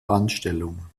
anstellung